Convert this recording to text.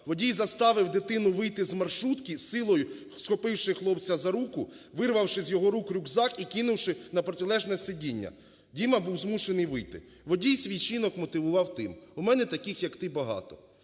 Водій заставив дитину вийти з маршрутки силою, схопивши хлопця за руку, вирвавши з його рук рюкзак і кинувши на протилежне сидіння. Діма був змушений вийти. Водій свій вчинок мотивував тим: "У мене таких, як ти, багато".